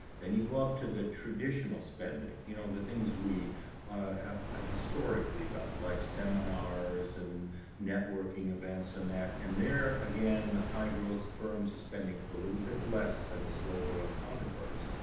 then you up to the traditional spending. you know the things we have historically done, like seminars and networking events and that. and there again, the high-growth firms are spending a little bit less than the slow growing counterparts.